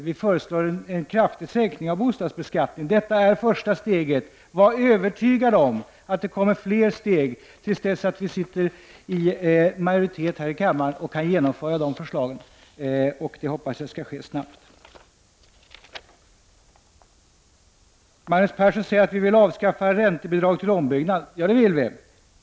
Vi föreslår en kraftig sänkning av bostadsbeskattningen — det är det första steget. Var övertygad om att det kommer fler steg fram till den tidpunkt då vi har majoritet här i kammaren och kan genomföra de förslagen! Det hoppas jag skall ske snart. Magnus Persson säger att vi moderater vill avskaffa räntebidragen till ombyggnad. Ja, det vill vi.